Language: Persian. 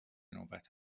نوبت